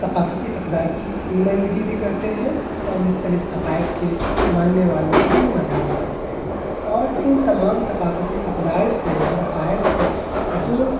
ثقافتی اقدار کی نمائندی بھی کرتے ہیں اور مختلف عقائد کے ماننے والوں کی بھی نمائندگی کرتے ہیں اور ان تمام ثقافتی اقدار سے اور عقائد سے جو